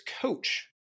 coach